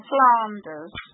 Flanders